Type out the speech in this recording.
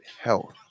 health